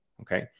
Okay